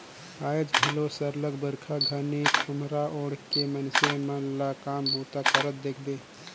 आएज घलो सरलग बरिखा घनी खोम्हरा ओएढ़ के मइनसे मन ल काम बूता करत देखबे